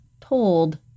told